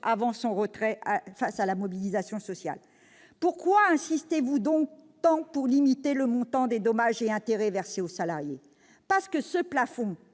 ne soit retirée face à la mobilisation sociale. Pourquoi insistez-vous donc tant pour limiter le montant des dommages et intérêts versés au salarié ? Parce que ce plafond